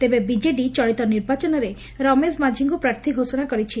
ତେବେ ବିଜେଡି ଚଳିତ ନିର୍ବାଚନରେ ରମେଶ ମାଝିଙ୍କୁ ପ୍ରାର୍ଥୀ ଘୋଷଣା କରିଛି